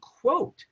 quote